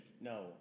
No